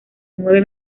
nueve